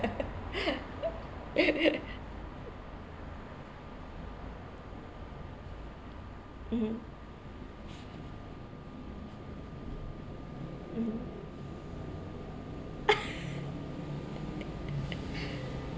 mmhmm mmhmm